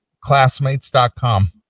Classmates.com